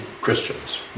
Christians